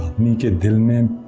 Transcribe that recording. meet them and